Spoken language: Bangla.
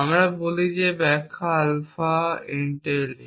আমরা বলি যে ব্যাখ্যা আলফা entails